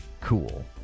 Cool